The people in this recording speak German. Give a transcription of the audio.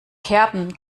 kerben